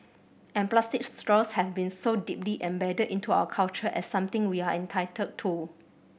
and plastic straws have been so deeply embedded into our culture as something we are entitled to